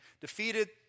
defeated